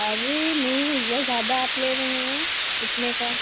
ارے نہیں یہ زیادہ آپ لے رہے ہیں اتنے کا